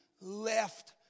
left